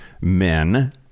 men